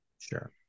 Sure